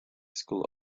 school